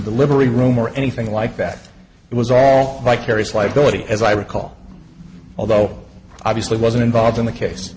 delivery room or anything like that it was all like arius liability as i recall although obviously wasn't involved in the case